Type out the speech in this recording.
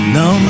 no